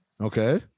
Okay